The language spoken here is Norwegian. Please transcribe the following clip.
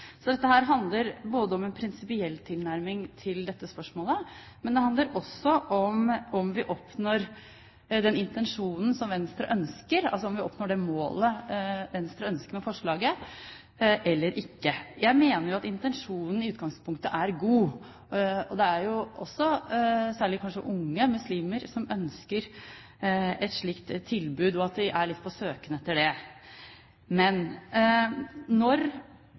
Så dette handler om en prinsipiell tilnærming til dette spørsmålet, og det handler om hvorvidt vi oppnår den intensjonen som Venstre ønsker, om vi når det målet Venstre har med forslaget, eller ikke. Jeg mener jo at intensjonen i utgangspunktet er god. Det er kanskje særlig unge muslimer som ønsker et slikt tilbud, og de er litt på søken etter det. Men